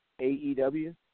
AEW